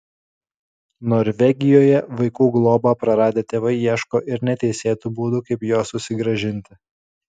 norvegijoje vaikų globą praradę tėvai ieško ir neteisėtų būdų kaip juos susigrąžinti